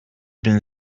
being